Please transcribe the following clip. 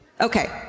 Okay